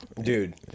dude